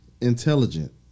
intelligent